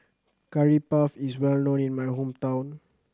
Curry Puff is well known in my hometown